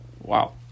Wow